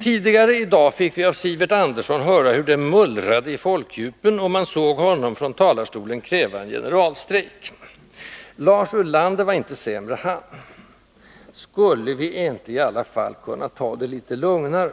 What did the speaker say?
Tidigare i dag fick vi av Sivert Andersson höra hur det mullrade i folkdjupen, och man såg honom från talarstolen kräva en generalstrejk. Lars Ulander var inte sämre han. Skulle vi inte i alla fall kunna ta det litet lugnare?